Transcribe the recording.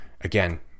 again